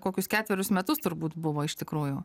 kokius ketverius metus turbūt buvo iš tikrųjų